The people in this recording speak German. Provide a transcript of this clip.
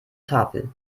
tafel